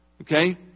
Okay